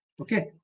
Okay